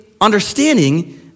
understanding